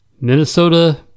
Minnesota